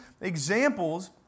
examples